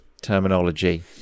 terminology